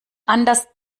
anders